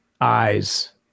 eyes